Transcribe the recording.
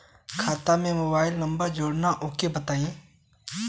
खाता में mobile number जोड़ना ओके बताई?